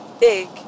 big